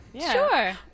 Sure